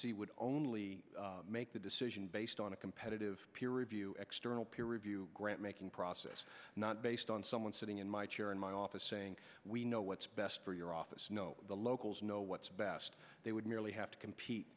c would only make the decision based on a competitive peer review xterm review grant making process not based on someone sitting in my chair in my office saying we know what's best for your office know the locals know what's best they would merely have to compete